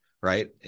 right